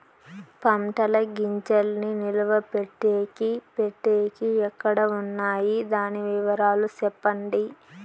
పంటల గింజల్ని నిలువ పెట్టేకి పెట్టేకి ఎక్కడ వున్నాయి? దాని వివరాలు సెప్పండి?